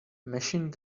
machine